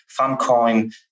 Funcoin